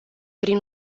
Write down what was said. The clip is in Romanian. prin